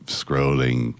scrolling